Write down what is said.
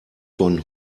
von